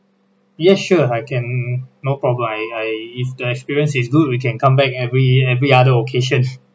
yes sure I can no problem I I is the experience is good we can come back every every other occasion